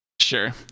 Sure